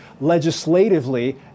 legislatively